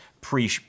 pre